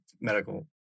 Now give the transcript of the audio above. medical